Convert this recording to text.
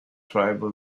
tribal